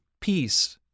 peace